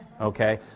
okay